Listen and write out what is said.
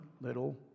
little